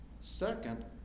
second